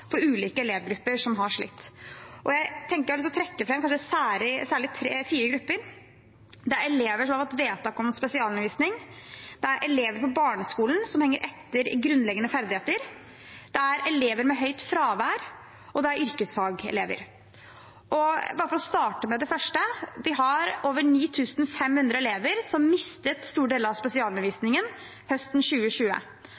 for ulike elevgrupper som har slitt. Jeg har lyst til å trekke fram kanskje særlig fire grupper. Det er elever som har fått vedtak om spesialundervisning, det er elever på barneskolen som henger etter i grunnleggende ferdigheter, det er elever med høyt fravær, og det er yrkesfagelever. For å starte med det første: Vi har over 9 500 elever som mistet store deler av